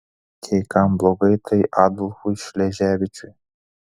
jei kam blogai tai adolfui šleževičiui